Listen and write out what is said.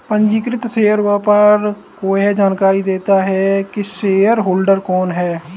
पंजीकृत शेयर व्यापार को यह जानकरी देता है की शेयरहोल्डर कौन है